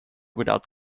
without